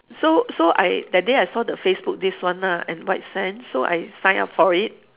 so so I that day I saw the facebook this one ah at white sand so I sign up for it